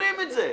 מכירים את זה.